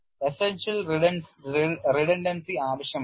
Essential redundancy ആവശ്യമാണ്